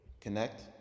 Connect